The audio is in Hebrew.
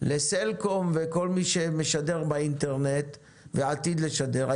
לסלקום וכל מי שמשדר באינטרנט ועתיד לשדר,